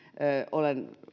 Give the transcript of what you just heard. olen